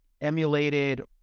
emulated